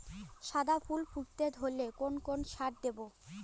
গাদা ফুল ফুটতে ধরলে কোন কোন সার দেব?